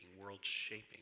world-shaping